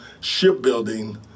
shipbuilding